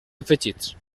afegits